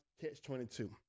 catch-22